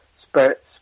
spirits